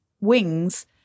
wings